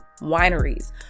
wineries